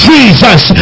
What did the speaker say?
Jesus